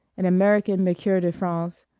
an american mercure de france,